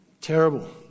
terrible